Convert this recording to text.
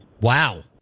Wow